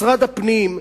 משרד הפנים,